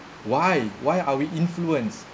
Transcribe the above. why why are we influenced